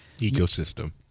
Ecosystem